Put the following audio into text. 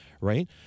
right